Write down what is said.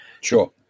Sure